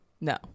No